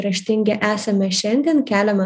raštingi esame šiandien keliame